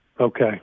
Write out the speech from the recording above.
Okay